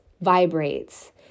vibrates